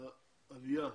העלייה,